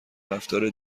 رفتار